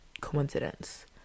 coincidence